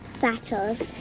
battles